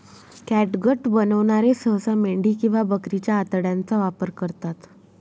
catgut बनवणारे सहसा मेंढी किंवा बकरीच्या आतड्यांचा वापर करतात